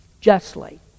justly